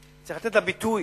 צריך לתת לה ביטוי,